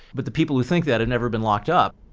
but the people who think that had never been locked up